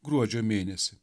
gruodžio mėnesį